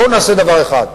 בואו נעשה דבר אחד: